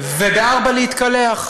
וב-04:00 להתקלח.